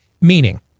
Meaning